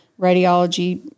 radiology